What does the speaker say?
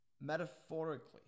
metaphorically